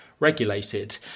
regulated